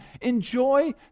Enjoy